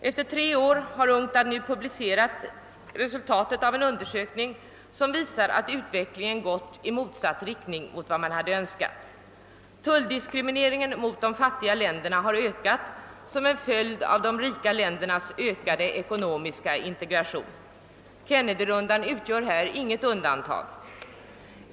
Efter tre år har UNCTAD nu publicerat resultatet av en undersökning som klart visar att utvecklingen gått i motsatt riktning mot vad man önskade. Tulldiskrimineringen mot de fattiga länderna har ökat som en följd av de rika ländernas ekonomiska integration — Kennedyronden utgör härvidlag inget undantag.